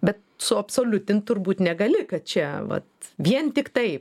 bet suabsoliutint turbūt negali kad čia vat vien tik taip